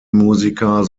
musiker